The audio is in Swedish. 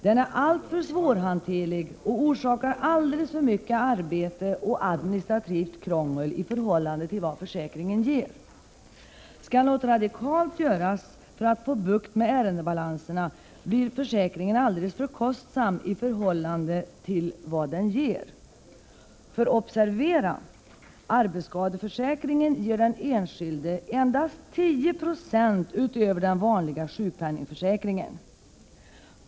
Den är alltför svårhanterlig och orsakar alldeles för mycket arbete och administrativt krångel i förhållande till vad försäkringen ger. Skall något radikalt göras för att få bukt med ärendebalanserna blir försäkringen alldeles för kostsam i förhållande till vad den ger. Ty observera: arbetsskadeförsäkringen ger den enskilde endast 10 92 utöver den vanliga sjukpenningförsäkringen.